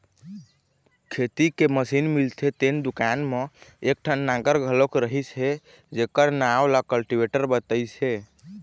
खेती के मसीन मिलथे तेन दुकान म एकठन नांगर घलोक रहिस हे जेखर नांव ल कल्टीवेटर बतइस हे